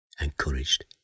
encouraged